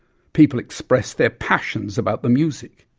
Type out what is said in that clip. people expressed their passions about the music.